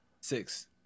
Six